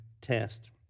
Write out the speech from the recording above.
test